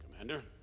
Commander